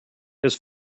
his